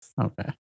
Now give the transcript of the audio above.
Okay